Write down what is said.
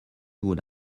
would